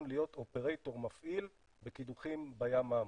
להיות אופרייטור מפעיל בקידוחים בים העמוק.